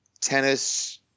tennis